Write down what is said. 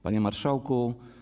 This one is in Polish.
Panie Marszałku!